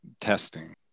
testing